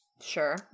Sure